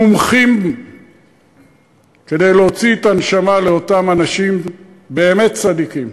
מומחים בה כדי להוציא את הנשמה לאותם אנשים באמת צדיקים.